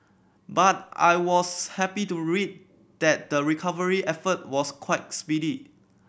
but I was happy to read that the recovery effort was quite speedy